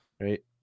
Right